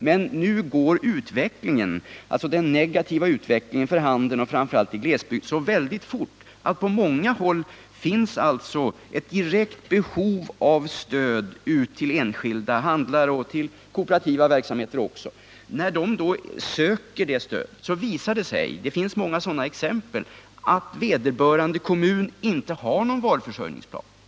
Men nu är den negativa utvecklingen för handeln, framför allt i glesbygden, så väldigt snabb att det på många håll finns ett direkt behov av stöd till enskilda butiksägare och också till kooperativa verksamheter. När ansökan om sådant Z stöd görs visar det sig i många fall att vederbörande kommun inte har någon varuförsörjningsplan.